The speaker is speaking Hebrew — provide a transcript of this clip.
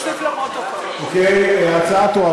התשע"ה 2015,